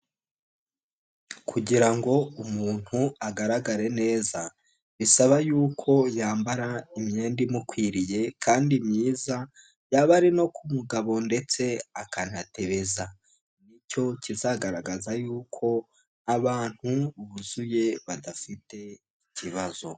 Kugira ngo umuntu agaragare neza, bisaba yuko yambara imyenda imukwiriye, kandi myiza, yaba ari no ku mugabo ndetse akanatebeza. Nicyo kizagaragaza yuko, abantu buzuye badafite ikibazo.